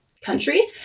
country